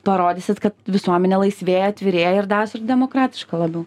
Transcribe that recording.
parodysit kad visuomenė laisvėja atvirėja ir daros ir demokratiška labiau